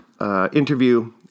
interview